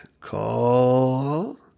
Call